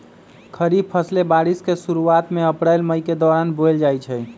खरीफ फसलें बारिश के शुरूवात में अप्रैल मई के दौरान बोयल जाई छई